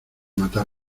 matar